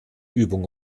übung